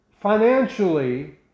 financially